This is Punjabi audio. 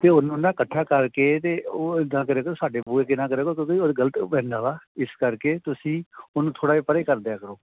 ਅਤੇ ਉਹਨੂੰ ਨਾ ਇਕੱਠਾ ਕਰਕੇ ਅਤੇ ਉਹ ਇੱਦਾਂ ਕਰਿਆ ਕਰੋ ਸਾਡੇ ਬੂਹੇ ਅੱਗੇ ਨਾ ਕਰਿਆ ਕਰੋ ਕਿਉਂਕਿ ਉਹ ਗਲਤ ਪੈਂਦਾ ਵਾ ਇਸ ਕਰਕੇ ਤੁਸੀਂ ਉਹਨੂੰ ਥੋੜ੍ਹਾ ਜਿਹਾ ਪਰੇ ਕਰ ਦਿਆ ਕਰੋ